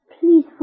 Please